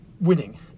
winning